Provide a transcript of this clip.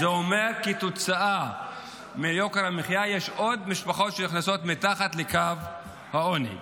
זה אומר שכתוצאה מיוקר המחיה יש עוד משפחות שנכנסות מתחת לקו העוני.